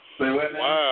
Wow